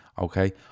okay